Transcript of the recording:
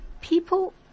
people